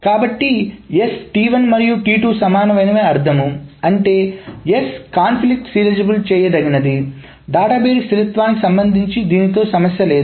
కాబట్టి S మరియు సమానమైనవి అని అర్థం అంటే S సంఘర్షణ సీరియలైజ్ చేయదగినది డేటాబేస్ స్థిరత్వానికి సంబంధించి దీనితో సమస్య లేదు